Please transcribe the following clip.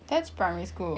that's primary school